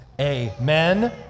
Amen